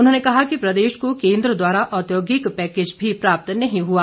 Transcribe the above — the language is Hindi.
उन्होंने कहा कि प्रदेश को केंद्र द्वारा औद्योगिक पैकेज भी प्राप्त नहीं हुआ